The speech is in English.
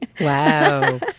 Wow